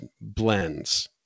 blends